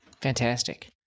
Fantastic